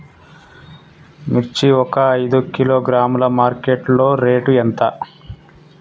మిర్చి ఒక ఐదు కిలోగ్రాముల మార్కెట్ లో రేటు ఎంత?